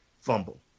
fumble